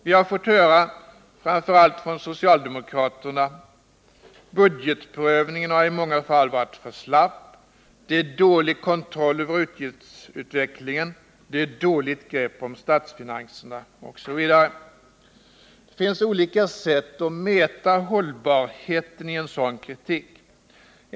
Vi har fått höra, framför allt från socialdemokraterna: budgetprövningen har i många fall varit för slapp, det är dålig kontroll över utgiftsutvecklingen, det är dåligt grepp om statsfinanserna etc. Det finns olika sätt att mäta hållbarheten i en sådan kritik.